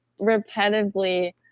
repetitively